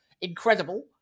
incredible